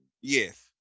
Yes